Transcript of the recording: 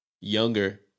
younger